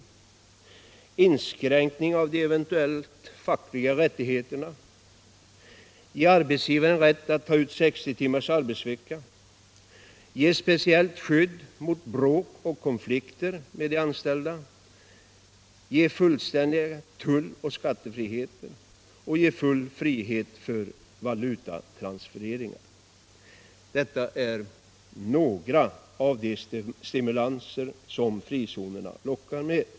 Man inskränker de eventuella fackliga rättigheterna, ger arbetsgivaren rätt att ta ut 60 timmars arbetsvecka, ger speciellt skydd mot bråk och konflikter med de anställda, ger fullständig tulloch skattefrihet och ger full frihet för valutatransfereringar. Detta är några av de ”stimulanser” som frizonerna lockar med.